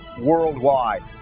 worldwide